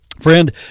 Friend